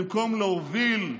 במקום להוביל,